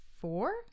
four